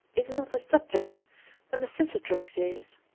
is not a subject when a cicatrix is.